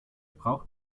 braucht